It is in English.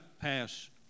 pass